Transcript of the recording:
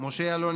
משה יעלון,